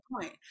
point